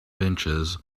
benches